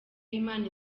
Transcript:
imana